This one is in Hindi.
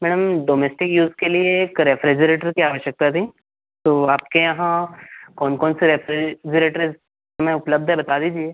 मैडम डोमेस्टिक यूज़ के लिए एक रेफ़्रीज़रेटर की आवश्यकता थी तो आपके यहाँ कौन कौन से रेफ़्रीज़रेटर इस समय उपलब्ध है बता दीजिए